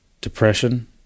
Depression